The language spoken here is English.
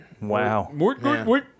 Wow